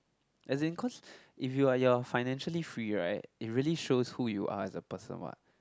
as in cause if you are you're financially free right it really shows who you are as a person what